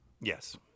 Yes